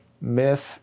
myth